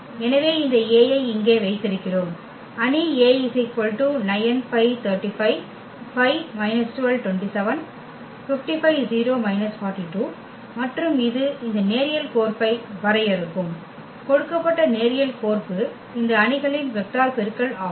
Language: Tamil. எனவே இந்த A ஐ இங்கே வைத்திருக்கிறோம் அணி A மற்றும் இது இந்த நேரியல் கோர்ப்பை வரையறுக்கும் கொடுக்கப்பட்ட நேரியல் கோர்ப்பு இந்த அணிகளின் வெக்டர் பெருக்கல் ஆகும்